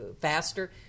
faster